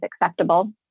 acceptable